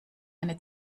eine